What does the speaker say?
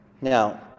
Now